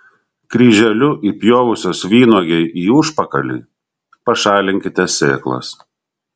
kryželiu įpjovusios vynuogei į užpakalį pašalinkite sėklas